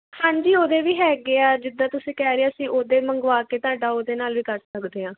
ਹਾਂਜੀ ਉਹਦੇ ਵੀ ਹੈਗੇ ਆ ਜਿੱਦਾਂ ਤੁਸੀਂ ਕਹਿ ਰਹੇ ਸੀ ਉਦੋਂ ਹੀ ਮੰਗਵਾ ਕੇ ਤੁਹਾਡਾ ਉਹਦੇ ਨਾਲ ਵੀ ਕਰ ਸਕਦੇ ਹਾਂ